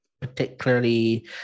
particularly